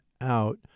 out